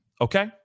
Okay